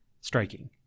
striking